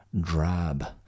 drab